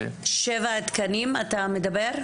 לחזור על מתי התכנית, ומי החליט, ומה החליט.